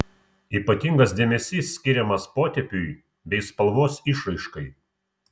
ypatingas dėmesys skiriamas potėpiui bei spalvos išraiškai